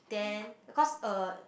then cause a